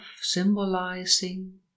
symbolizing